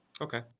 Okay